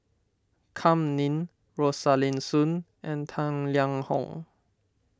Kam Ning Rosaline Soon and Tang Liang Hong